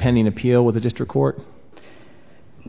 pending appeal with the district court